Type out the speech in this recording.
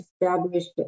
established